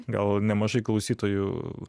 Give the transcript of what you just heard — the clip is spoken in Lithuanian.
gal nemažai klausytojų